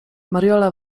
mariola